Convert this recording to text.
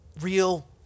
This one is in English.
real